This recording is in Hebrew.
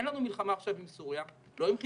אין לנו מלחמה עכשיו עם סוריה, לא עם חיזבאללה,